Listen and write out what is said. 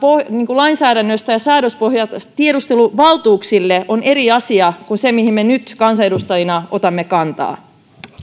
lainsäädännöstä ja säädöspohjasta tiedusteluvaltuuksille on eri asia kuin se mihin me nyt kansanedustajina otamme kantaa